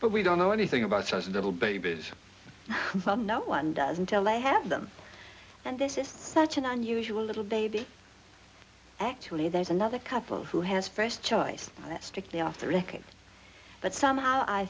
but we don't know anything about those little babies no one does until they have them and this is such an unusual little baby actually there's another couple who has first choice strictly off the record but somehow i